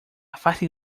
fácil